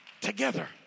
together